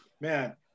man